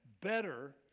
better